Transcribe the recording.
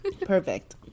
Perfect